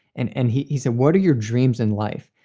and and he he said, what are your dreams in life?